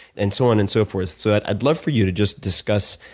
and so on and so forth. so i'd love for you to just discuss,